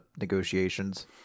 negotiations